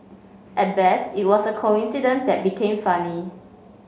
at best it was a coincidence that became funny